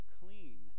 clean